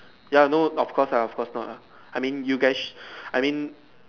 ya no of course lah of course not lah I mean you guys I mean